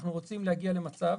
אנחנו רוצים להגיע למצב